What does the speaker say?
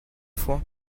fois